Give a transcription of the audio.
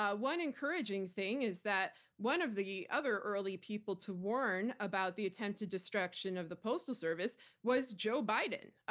ah one encouraging thing is that one of the other early people to warn about the attempted destruction of the postal service was joe biden.